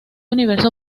universo